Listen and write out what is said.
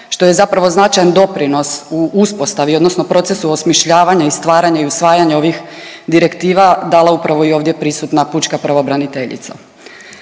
što je zapravo značajan doprinos u uspostavi odnosno procesu osmišljavanja i stvaranja i usvajanja ovih direktiva dala upravo i ovdje prisutna pučka pravobraniteljica.